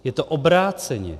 Je to obráceně.